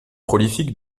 prolifiques